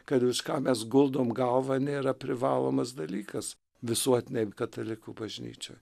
kad už ką mes guldom galvą nėra privalomas dalykas visuotinėj katalikų bažnyčioj